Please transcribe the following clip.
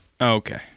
Okay